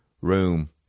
room